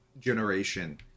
generation